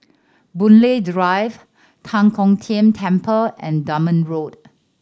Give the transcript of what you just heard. Boon Lay Drive Tan Kong Tian Temple and Dunman Road